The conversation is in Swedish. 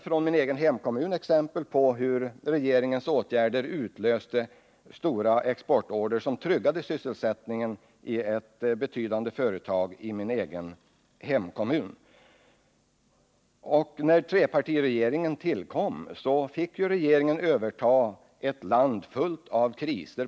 Från min egen hemkommun har jag exempel på hur trepartiregeringens åtgärder utlöste exportorder som tryggade sysselsättningen i ett betydande företag. När trepartiregeringen tillkom fick den överta ett land fullt av kriser.